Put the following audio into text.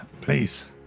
Please